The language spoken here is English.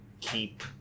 keep